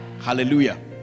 hallelujah